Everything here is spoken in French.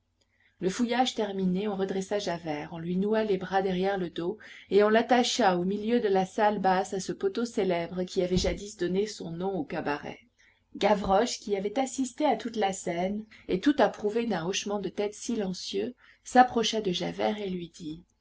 le fouillage terminé on redressa javert on lui noua les bras derrière le dos et on l'attacha au milieu de la salle basse à ce poteau célèbre qui avait jadis donné son nom au cabaret gavroche qui avait assisté à toute la scène et tout approuvé d'un hochement de tête silencieux s'approcha de javert et lui dit